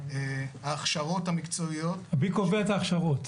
ההכשרות המקצועיות --- מי קובע את ההכשרות?